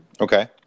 Okay